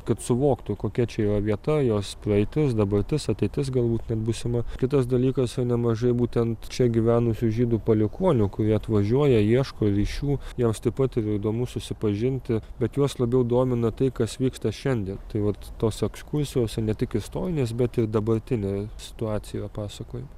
kad suvoktų kokia čia yra vieta jos praeitis dabartis ateitis galbūt net būsima kitas dalykas yra nemažai būtent čia gyvenusių žydų palikuonių kurie atvažiuoja ieško ryšių jiems taip pat yra įdomu susipažinti bet juos labiau domina tai kas vyksta šiandien tai vat tos ekskursijos ne tik istorinės bet ir dabartinė situacija yra pasakojama